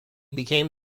became